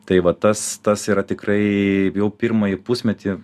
tai va tas tas yra tikrai jau pirmąjį pusmetį